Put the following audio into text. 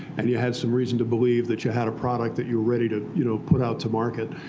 and you had some reason to believe that you had a product that you're ready to you know put out to market.